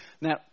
Now